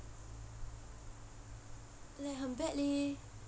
like 很 bad leh